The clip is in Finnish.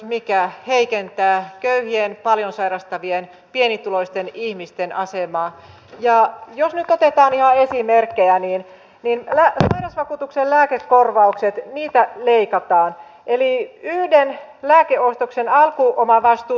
olen tehnyt budjettiesityksen laguna hankkeen käynnistymisestä ensi vuonna ja mielestäni olisi ainakin tärkeää että ensi vuoden aikana suomen suhtautuminen hankkeeseen vihdoin lyötäisiin lukkoon